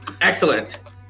Excellent